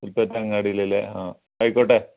പുൽപ്പറ്റ അങ്ങാടിയിലല്ലെ അ ആയിക്കോട്ടെ